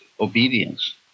obedience